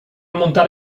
montar